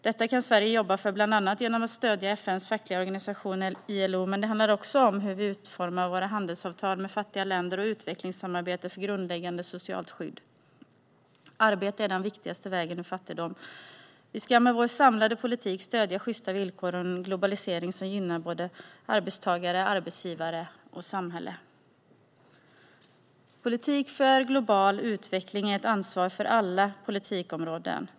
Detta kan Sverige jobba för bland annat genom att stödja FN:s fackliga organisation ILO, men det handlar också om hur vi utformar våra handelsavtal med fattiga länder och om utvecklingssamarbete för grundläggande socialt skydd. Arbete är den viktigaste vägen ut ur fattigdom. Vi ska med vår samlade politik stödja sjysta villkor och en globalisering som gynnar såväl arbetstagare som arbetsgivare och samhälle. Politik för global utveckling är ett ansvar för alla politikområden.